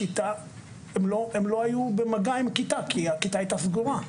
הם לא היו במגע עם כיתה כי הכיתה הייתה סגורה,